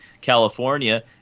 California